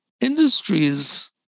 industries